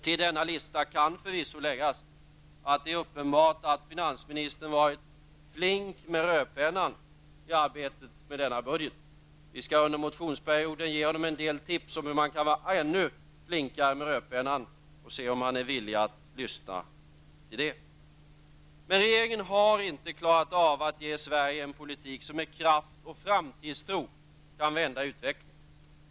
Till denna lista kan förvisso läggas att det är uppenbart att finansministern varit flink med rödpennan i arbetet med denna budget. Vi skall under motionsperioden ge honom en del tips om hur man kan vara ännu flinkare med rödpennan -- få se om han är villig att lyssna till dem. Men regeringen har inte klarat av att ge Sverige en politik som med kraft och framtidstro kan vända utvecklingen.